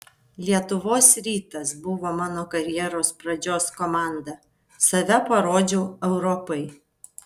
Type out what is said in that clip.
lietuvos rytas buvo mano karjeros pradžios komanda save parodžiau europai